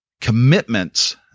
commitments